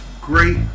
great